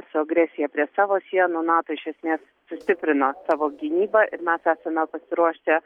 su agresija prie savo sienų nato iš esmės sustiprino savo gynybą ir mes esame pasiruošę